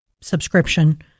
subscription